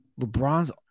LeBron's –